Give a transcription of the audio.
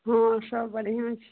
हँ सब बढ़िआँ छै